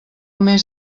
més